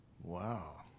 Wow